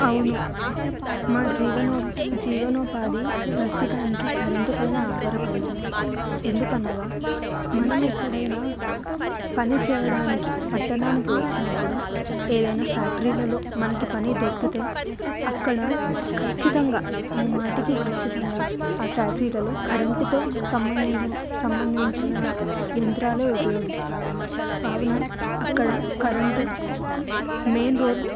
అవును మా జీవనో జీవనోపాధి ప్రస్తుతానికి కరెంటు పైన ఆధారపడి ఉంది ఎందుకనగా మనం ఎక్కడైనా పని చేయడానికి పట్టణానికి వచ్చినప్పుడు ఏదైనా ఫ్యాక్టరీలలో మనకి పని దొరికితే అక్కడ ఖచ్చితంగా ముమ్మాటికి ఖచ్చితంగా ఆ ఫ్యాక్టరీలలో కరెంటుతో సంబంధం సంబంధించిన యంత్రాలు ఉపయోగిస్తారు కావున అక్కడ కరెంటు మెయిన్ రోల్